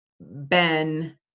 Ben